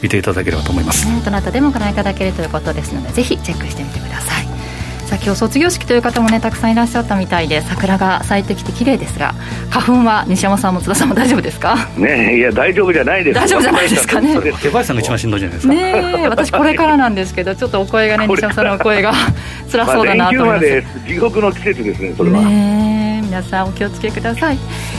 見ていただければと思います。ね、どなたでもご覧いただけるということですので、ぜひチェックしてみてください。さあ、今日卒業式という方もね、たくさんいらっしゃったみたいで、桜が咲いてきて綺麗ですが、花粉は西山さんも津田さんも大丈夫ですか？ねえ、いや、大丈夫じゃないです。大丈夫じゃないですかね。手配さんが一番しんどいじゃないですか。ねえ、私これからなんですけど、ちょっとお声がね、西山さんのお声が辛そうだなと思います。まあ、連休までです。地獄の季節ですね、それは。ねえ、皆さんお気をつけください。